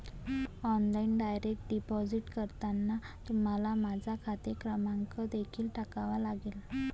online direct deposit करताना तुम्हाला माझा खाते क्रमांक देखील टाकावा लागेल